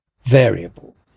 variable